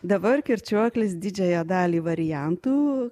dabar kirčiuoklis didžiąją dalį variantų